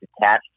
attached